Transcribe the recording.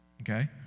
Okay